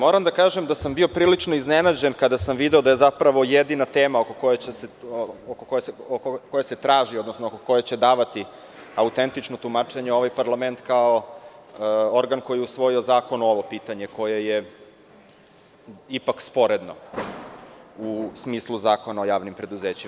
Moram da kažem da sam bio prilično iznenađen kada sam video da je zapravo jedina tema oko koje će davati autentično tumačenje ovaj parlament kao organ koji je usvojio zakonom ovo pitanje koje je ipak sporedno, u smislu Zakona o javnim preduzećima.